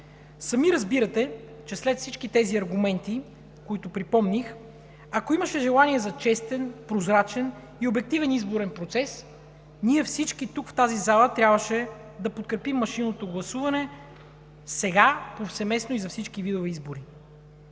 Сами разбирате, че след всички тези аргументи, които припомних, ако имаше желание за честен, прозрачен и обективен изборен процес, всички ние в тази зала трябваше да подкрепим машинното гласуване сега, повсеместно и за всички видове избори.